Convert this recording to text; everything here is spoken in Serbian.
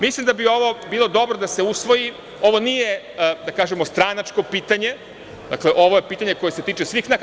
Mislim da bi ovo bilo dobro da se usvoji, ovo nije, da kažemo stranačko pitanje, ovo je pitanje koje se tiče svih nas.